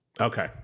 Okay